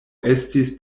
estis